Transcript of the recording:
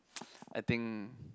I think